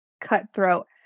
cutthroat